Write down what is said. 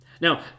Now